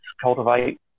cultivate